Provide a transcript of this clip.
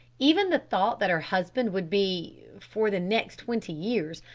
even the thought that her husband would be, for the next twenty years,